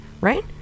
Right